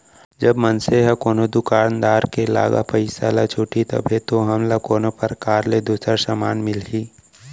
जब मनसे ह कोनो दुकानदार के लागा पइसा ल छुटही तभे तो हमला कोनो परकार ले दूसर समान मिलही